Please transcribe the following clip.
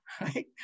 right